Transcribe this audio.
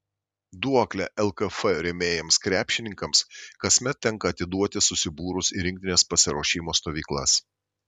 duoklę lkf rėmėjams krepšininkams kasmet tenka atiduoti susibūrus į rinktinės pasiruošimo stovyklas